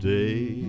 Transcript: day